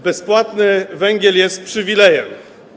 Bezpłatny węgiel jest przywilejem.